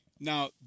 Now